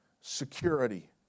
security